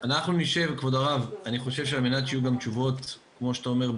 שעל מנת שיהיו גם תשובות כמו שאתה אומר,